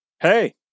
Hey